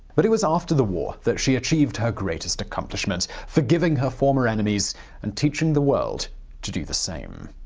but it was after the war that she achieved her greatest accomplishment forgiving her former enemies and teaching the world to do the same.